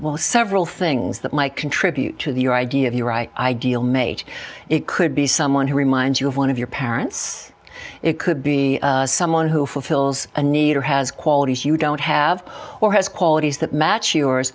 are several things that might contribute to the idea of you right ideal mate it could be someone who reminds you of one of your parents it could be someone who fulfills a need or has qualities you don't have or has qualities that match yours